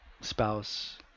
spouse